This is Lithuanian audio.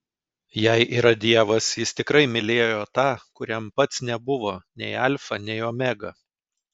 jei yra dievas jis tikrai mylėjo tą kuriam pats nebuvo nei alfa nei omega